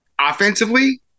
offensively